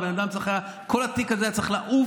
הבן אדם צריך היה, כל התיק הזה היה צריך לעוף.